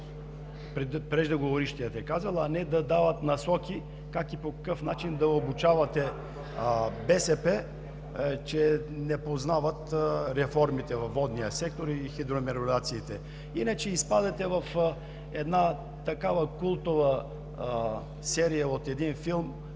преждеговорившият е казал, а не да дават насоки как и по какъв начин да обучават БСП, че не познават реформите и хидромелиорациите във водния сектор, иначе изпадате в една такава култова серия от един филм,